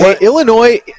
Illinois